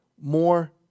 more